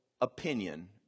opinion